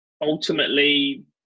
Ultimately